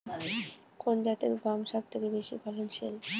কোন জাতের গম সবথেকে বেশি ফলনশীল?